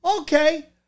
Okay